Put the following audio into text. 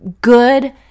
good